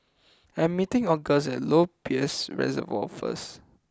I am meeting August at Lower Peirce Reservoir first